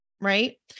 right